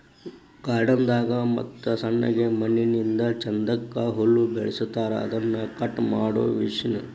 garden ದಾಗ ಮತ್ತ ಸಣ್ಣಗೆ ಮನಿಮುಂದ ಚಂದಕ್ಕ ಹುಲ್ಲ ಬೆಳಸಿರತಾರ ಅದನ್ನ ಕಟ್ ಮಾಡು ಮಿಷನ್